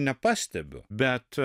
ne pastebiu bet